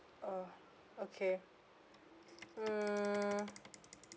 oh okay mm